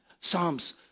Psalms